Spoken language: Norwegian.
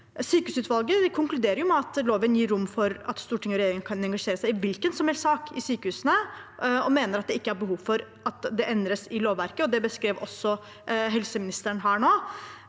Sykehusutvalget konkluderer med at loven gir rom for at storting og regjering kan engasjere seg i hvilken som helst sak i sykehusene, og mener at det ikke er behov for at det endres i lovverket. Slik beskrev også helseministeren det her